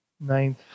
Ninth